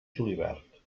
julivert